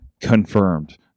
confirmed